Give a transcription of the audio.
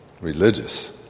religious